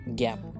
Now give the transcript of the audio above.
gap